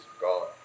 God